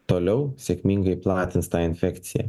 toliau sėkmingai platins tą infekciją